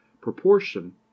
proportion